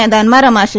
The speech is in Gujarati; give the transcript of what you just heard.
મેદાનમાં રમાશે